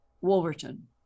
Wolverton